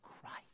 Christ